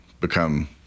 become